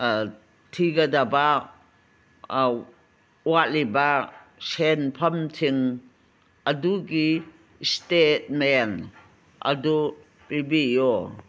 ꯊꯤꯒꯗꯕ ꯋꯥꯠꯂꯤꯕ ꯁꯦꯟꯐꯝꯁꯤꯡ ꯑꯗꯨꯒꯤ ꯏꯁꯇꯦꯠꯃꯦꯟ ꯑꯗꯨ ꯄꯤꯕꯤꯎ